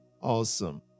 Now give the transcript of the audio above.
awesome